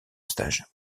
stage